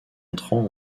entrant